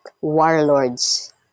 warlords